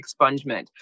expungement